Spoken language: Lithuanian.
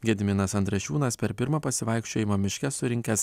gediminas andrašiūnas per pirmą pasivaikščiojimą miške surinkęs